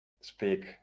Speak